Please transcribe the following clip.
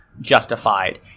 justified